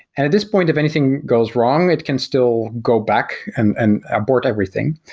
and at this point if anything goes wrong, it can still go back and and abort everything.